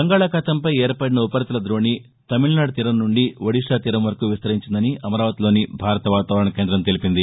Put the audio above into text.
బంగాళాఖాతంపై ఏర్పడిన ఉపరితల ద్రోణి తమిళనాడు తీరం నుండి ఒడిషా తీరం వరకు విస్తరించిందని అమరావతిలోని భారత వాతావరణ కేంద్రం తెలిపింది